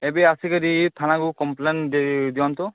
ଏବେ ଆସିକରି ଥାନାକୁ କମ୍ପ୍ଲେନ୍ ଦେଇ ଦିଅନ୍ତୁ